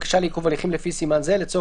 בקשה לעיכוב הליכים לפי סימן זה לצורך